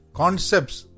concepts